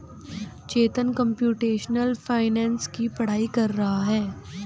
चेतन computational finance की पढ़ाई कर रहा है